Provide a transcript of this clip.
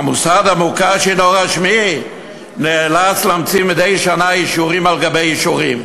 המוסד המוכר שאינו רשמי נאלץ להמציא מדי שנה אישורים על גבי אישורים.